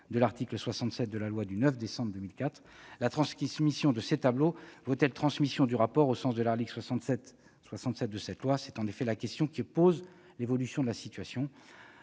de l'article 67 de la loi du 9 décembre 2004. La transmission de ces tableaux vaut-elle transmission du « rapport » au sens de cet article ? C'est en effet la question que pose l'évolution de la situation.